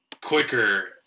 quicker